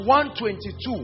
122